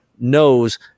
knows